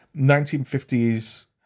1950s